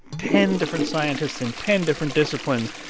ten different scientists in ten different disciplines,